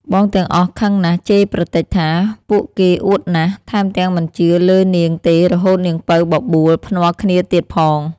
បងទាំងអស់ខឹងណាស់ជេរប្រទេចថា ពួកគេអួតណាស់ ថែមទាំងមិនជឿលើនាងទេរហូតនាងពៅបបួល ភ្នាល់គ្នាទៀតផង។